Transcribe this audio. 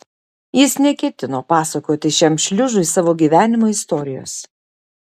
jis neketino pasakoti šiam šliužui savo gyvenimo istorijos